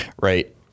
right